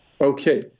okay